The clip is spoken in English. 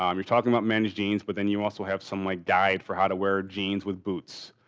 um you're talking about men's jeans, but then you also have some like guide for how to wear jeans with boots.